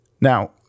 Now